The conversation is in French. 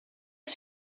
que